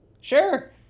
Sure